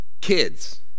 Kids